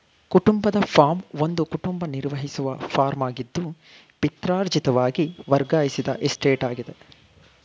ಕುಟುಂಬದ ಫಾರ್ಮ್ ಒಂದು ಕುಟುಂಬ ನಿರ್ವಹಿಸುವ ಫಾರ್ಮಾಗಿದ್ದು ಪಿತ್ರಾರ್ಜಿತವಾಗಿ ವರ್ಗಾಯಿಸಿದ ಎಸ್ಟೇಟಾಗಿದೆ